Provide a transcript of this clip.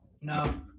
No